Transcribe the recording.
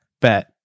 bet